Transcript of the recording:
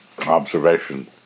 Observation